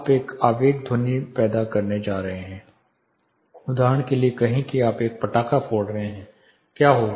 आप एक आवेगी ध्वनि पैदा करने जा रहे हैं उदाहरण के लिए कहें कि आप एक पटाखा फोड़ रहे हैं क्या होगा